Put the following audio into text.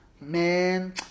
man